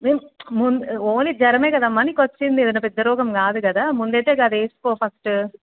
only జ్వరమే కదమ్మా నీకు వచ్చింది ఏదైనా పెద్ద రోగం కాదు కదా ముందైతే అదేసుకో ఫస్ట్